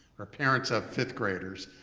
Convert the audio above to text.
or parents of fifth graders